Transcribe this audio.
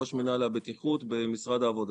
ראש מינהל הבטיחות במשרד העבודה.